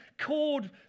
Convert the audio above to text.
called